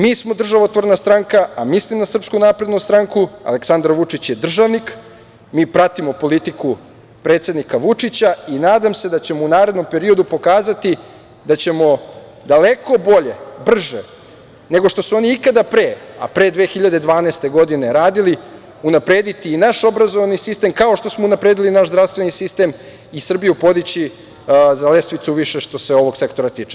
Mi smo državotvorna stranka, a mislim na SNS, Aleksandar Vučić je državnik, mi pratimo politiku predsednika Vučića i nadam se da ćemo u narednom periodu pokazati da ćemo daleko bolje, brže, nego što su oni ikada pre, a pre 2012. godine radili, unaprediti i naš obrazovni sistem, kao što smo unapredili naš zdravstveni sistem i Srbiju podići za lestvicu više što se ovog sektora tiče.